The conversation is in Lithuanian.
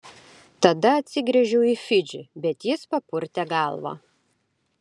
tada atsigręžiau į fidžį bet jis papurtė galvą